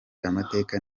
amateka